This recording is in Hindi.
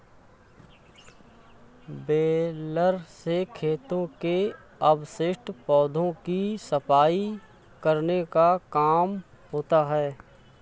बेलर से खेतों के अवशिष्ट पौधों की सफाई करने का काम होता है